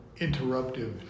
interruptive